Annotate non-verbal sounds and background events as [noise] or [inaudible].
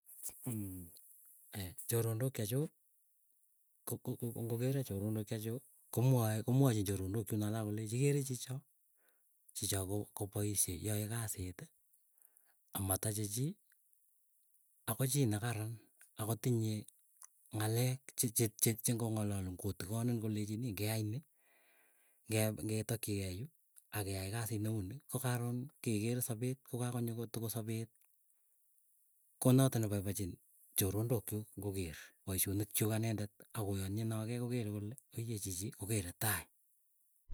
Mm [hesitation] choronok che chuk ko kkk ng'okero choronok che chuk, komwae komwachi choronok chun alek kolechii ikeere chicho, chicho kop- kopaishe, yae kasit amatache chii, apa chii nekaran, akotinye ng'alek che- che- che cheng'o ng'alaluun kotikonin kolechin ii, ng'eyai, ng'ep ngetakchi kei yu, akeyai kasit ne uu ni, ko karon kekere sapeet kokakonyo kotokos sapet konatok ne paipachin choronok chuk ng'o keer, paishonik chuk anendet akoyanenia kei kokeere kole oye chichi ko kere tai.